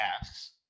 asks